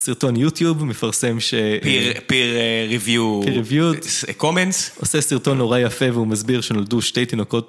סרטון יוטיוב מפרסם ש... -peer-review comments -עושה סרטון נורא יפה והוא מסביר שנולדו שתי תינוקות